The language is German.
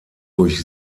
durch